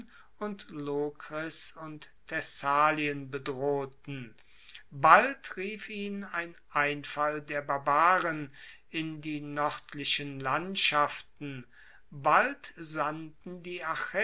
und lokris und thessalien bedrohten bald rief ihn ein einfall der barbaren in die noerdlichen landschaften bald sandten die